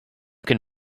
can